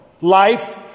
life